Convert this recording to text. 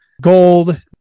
gold